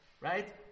right